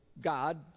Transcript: god